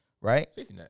right